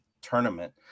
tournament